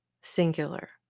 singular